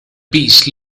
peace